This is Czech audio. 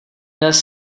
dnes